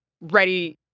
ready